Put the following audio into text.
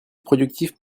productif